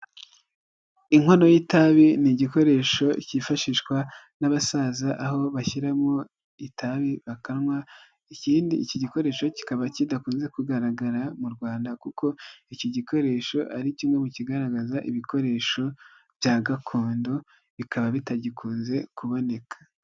Inkono y'itabi ni igikoresho cyifashishwa n'abasaza aho bashyiramo itabi bakanywa, ikindi iki gikoresho kikaba kidakunze kugaragara mu Rwanda kuko iki gikoresho ari kimwe mu kigaragaza ibikoresho bya gakondo, bikaba bitagikunze kuboneka.